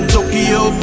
Tokyo